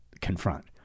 confront